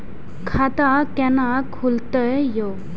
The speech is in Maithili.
खाता केना खुलतै यो